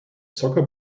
soccer